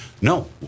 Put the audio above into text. no